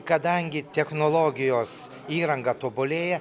kadangi technologijos įranga tobulėja